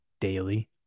daily